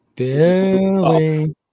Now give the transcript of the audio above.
Billy